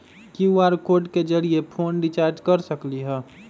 QR code के जरिय phone recharge कर सकली ह?